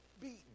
beaten